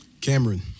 Cameron